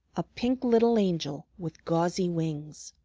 a pink little angel with gauzy wings.